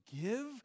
give